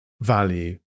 value